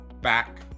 back